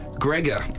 Gregor